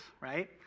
Right